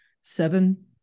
seven